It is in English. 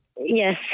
Yes